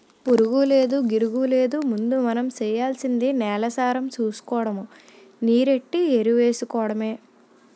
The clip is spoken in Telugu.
పురుగూలేదు, గిరుగూలేదు ముందు మనం సెయ్యాల్సింది నేలసారం సూసుకోడము, నీరెట్టి ఎరువేసుకోడమే